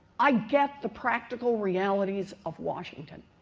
i get the practical realities of washington.